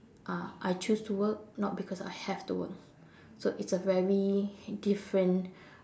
uh I choose to work not because I have to work so it's a very different